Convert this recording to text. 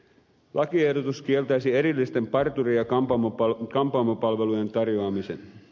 lakiehdotus kieltäisi erillisten parturi ja kampaamopalvelujen tarjoamisen